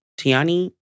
Tiani